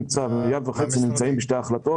1.5 מיליארד שקלים נמצאים בשתי ההחלטות.